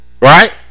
right